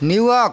New York